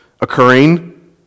occurring